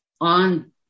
On